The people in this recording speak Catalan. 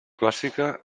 clàssica